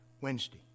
Wednesday